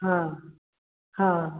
हाँ हाँ